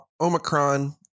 omicron